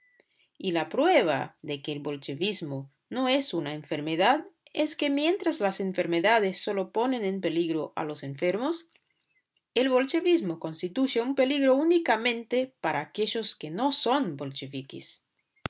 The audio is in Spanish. y la prueba de que el bolchevismo no es una enfermedad es que mientras las enfermedades sólo ponen en peligro a los enfermos el bolchevismo constituye un peligro únicamente para aquellos que no son